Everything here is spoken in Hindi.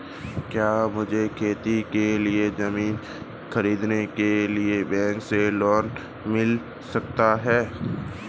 क्या मुझे खेती के लिए ज़मीन खरीदने के लिए बैंक से लोन मिल सकता है?